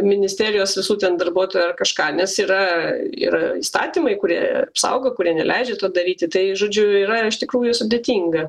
ministerijos visų ten darbuotojų ar kažką nes yra ir įstatymai kurie apsaugo kurie neleidžia to daryti tai žodžiu yra iš tikrųjų sudėtinga